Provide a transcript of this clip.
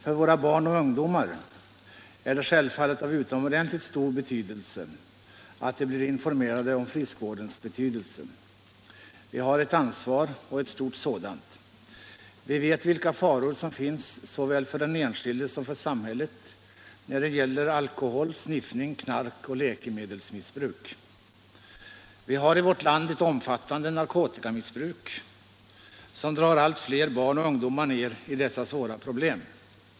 För våra barn och ungdomar är det självfallet av utomordentligt stort värde att de blir informerade om friskvårdens betydelse. Vi har ett ansvar —- ett stort sådant. Vi vet vilka faror som finns såväl för den enskilde som för samhället när det gäller alkohol, sniffning, knark och läkemedelsmissbruk. Vi har i vårt land ett omfattande narkotikamissbruk, som drar allt fler barn och ungdomar ner i dessa svåra problem.